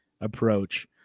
approach